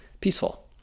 peaceful